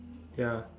ya